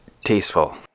tasteful